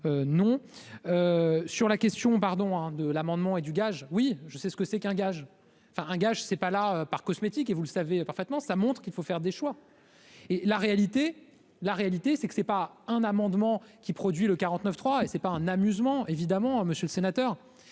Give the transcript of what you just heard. pardon, hein, de l'amendement et du gaz, oui, je sais ce que c'est qu'un gage, enfin, un gage, c'est pas la part cosmétique et vous le savez parfaitement, ça montre qu'il faut faire des choix. Et la réalité, la réalité c'est que c'est pas un amendement qui produit le 49 3 et c'est pas un amusement, évidemment, monsieur le sénateur,